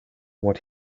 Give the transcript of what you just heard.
what